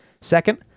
Second